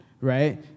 right